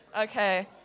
Okay